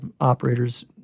operators